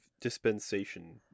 dispensation